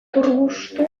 turbustu